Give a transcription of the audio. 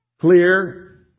clear